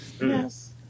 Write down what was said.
yes